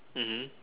mmhmm